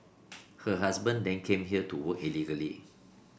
her husband then came here to work illegally